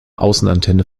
außenantenne